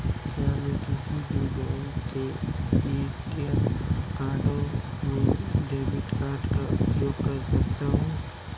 क्या मैं किसी भी बैंक के ए.टी.एम काउंटर में डेबिट कार्ड का उपयोग कर सकता हूं?